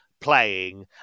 playing